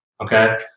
Okay